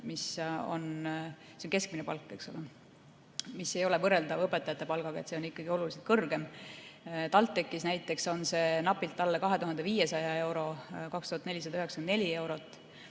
See on keskmine palk, mis ei ole võrreldav õpetajate keskmise palgaga, see on ikkagi oluliselt kõrgem. TalTechis näiteks on see napilt alla 2500 euro: 2494 eurot,